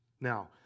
Now